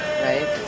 right